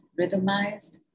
rhythmized